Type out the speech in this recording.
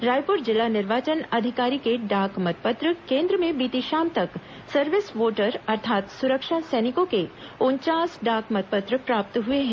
रायपुर जिला निर्वाचन अधिकारी के डाक मतपत्र केन्द्र में बीती शाम तक सर्विस वोटर अर्थात सुरक्षा सैनिकों के उनचास डाक मतपत्र प्राप्त हुए हैं